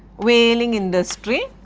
whaling industry,